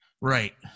Right